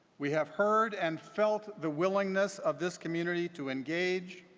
we have heard and felt the willingness of this community to engage,